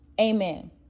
amen